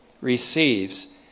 receives